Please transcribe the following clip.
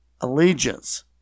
allegiance